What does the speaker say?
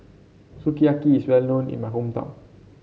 sukiyaki is well known in my hometown